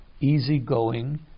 easygoing